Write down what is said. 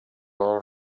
all